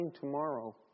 tomorrow